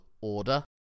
order